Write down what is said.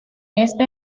este